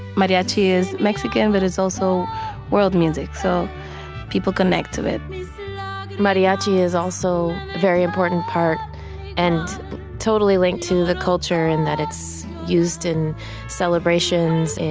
mariachi is mexican. but it's also world music. so people connect to it mariachi is also a very important part and totally linked to the culture in that it's used in celebrations,